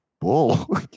Bull